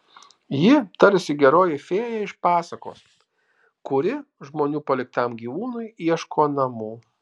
ji tarsi geroji fėja iš pasakos kuri žmonių paliktam gyvūnui ieško namų